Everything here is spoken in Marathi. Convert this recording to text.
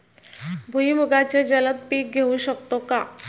भुईमुगाचे जलद पीक घेऊ शकतो का?